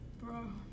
bro